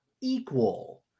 equal